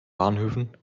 bahnhöfen